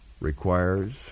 requires